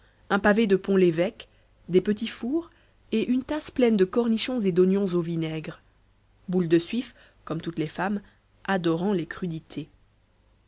un pavé de pont levêque des petits fours et une tasse pleine de cornichons et d'oignons au vinaigre boule de suif comme toutes les femmes adorant les crudités